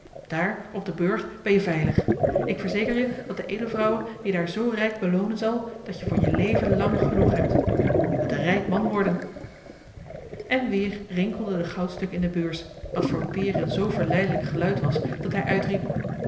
daar op den burcht ben je veilig ik verzeker je dat de edelvrouwe je daar zoo rijk beloonen zal dat je voor je leven lang genoeg hebt je kunt een rijk man worden en weer rinkelden de goudstukken in de beurs wat voor peer een zoo verleidelijk geluid was dat hij uitriep